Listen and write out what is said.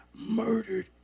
murdered